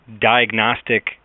diagnostic